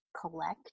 collect